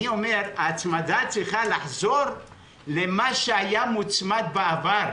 ההצמדה צריכה לחזור למה שהיה מוצמד בעבר,